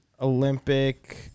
Olympic